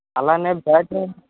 అలానే బ్యాక్గ్రౌండ్